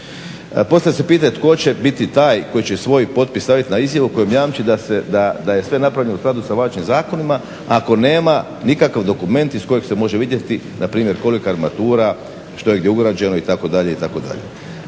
Postavlja se pita tko će biti taj tko će svoj potpis staviti na izjavu kojom jamči da je sve napravljeno u skladu sa važećim zakonima ako nema nikakav dokument iz kojeg se može vidjeti npr. kolika je matura, što je gdje ugrađeno itd., itd.